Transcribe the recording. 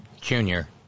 Junior